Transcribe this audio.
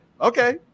okay